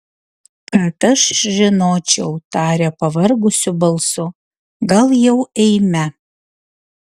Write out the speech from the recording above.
kad aš žinočiau tarė pavargusiu balsu gal jau eime